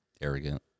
Arrogant